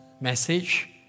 message